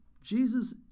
Jesus